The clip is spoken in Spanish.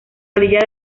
orilla